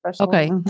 Okay